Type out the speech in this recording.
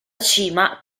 cima